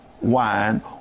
wine